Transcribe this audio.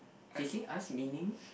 they sing us meaning